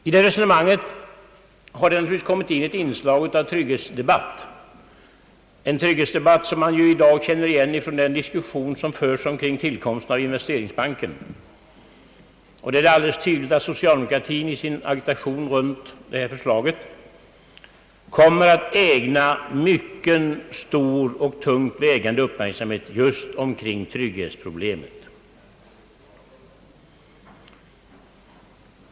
I resonemanget har naturligtvis också kommit in ett inslag av trygghetsdebatt, något som man känner igen från den diskussion som förs i samband med tillkomsten av investeringsbanken. Det är alldeles tydligt att socialdemokratien i sin agitation beträffande detta förslag kommer att ägna stor och tungt vägande uppmärksamhet just åt trygghetsproblemet.